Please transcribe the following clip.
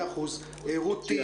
רותי